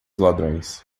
ladrões